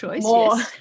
more